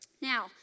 Now